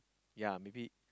ya maybe